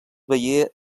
veié